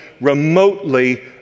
remotely